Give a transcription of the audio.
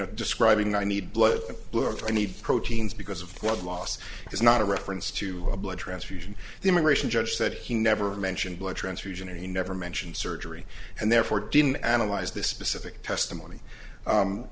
know describing i need blood look i need proteins because of what loss is not a reference to a blood transfusion the immigration judge said he never mentioned blood transfusion and he never mentioned surgery and therefore didn't analyze the specific testimony